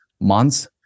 months